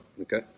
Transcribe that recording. Okay